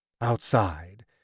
Outside